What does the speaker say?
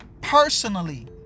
personally